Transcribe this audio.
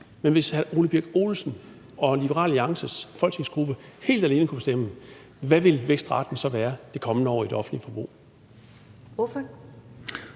Men hvis hr. Ole Birk Olesen og Liberal Alliances folketingsgruppe helt alene kunne bestemme, hvad ville vækstraten så være det kommende år i det offentlige forbrug? Kl.